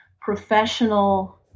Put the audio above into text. professional